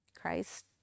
Christ